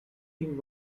ging